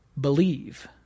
Believe